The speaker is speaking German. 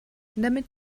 damit